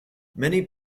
many